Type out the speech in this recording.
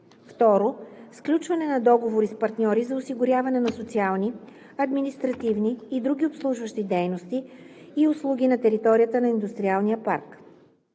парк; 2. сключване на договори с партньори за осигуряване на социални, административни и други обслужващи дейности и услуги на територията на индустриалния парк;